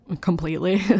completely